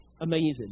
amazing